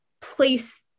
place